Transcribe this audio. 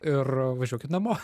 ir važiuokit namo